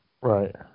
Right